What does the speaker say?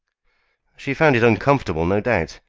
she found it uncomfortable, no doubt.